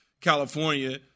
California